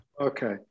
Okay